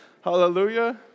hallelujah